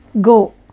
go